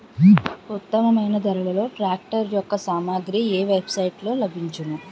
ఉత్తమమైన ధరలో ట్రాక్టర్ యెక్క సామాగ్రి ఏ వెబ్ సైట్ లో లభించును?